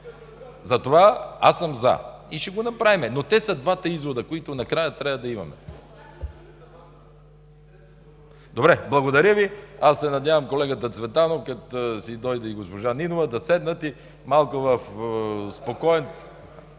Затова аз съм „за“ и ще го направим. Но те са двата извода, които накрая трябва да имаме. Добре, благодаря Ви. Аз се надявам колегата Цветанов, като си дойде, и госпожа Нинова да седнат и малко в спокоен…